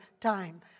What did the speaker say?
time